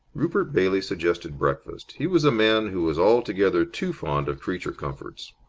rupert bailey suggested breakfast. he was a man who was altogether too fond of creature comforts.